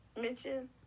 mention